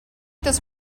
this